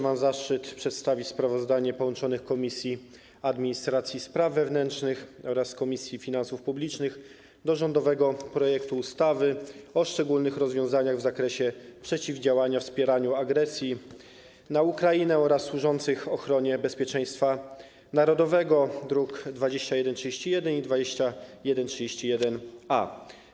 Mam zaszczyt przedstawić sprawozdanie połączonych komisji: Komisji Administracji i Spraw Wewnętrznych oraz Komisji Finansów Publicznych o rządowym projekcie ustawy o szczególnych rozwiązaniach w zakresie przeciwdziałania wspieraniu agresji na Ukrainę oraz służących ochronie bezpieczeństwa narodowego, druki nr 2131 i 2131-A.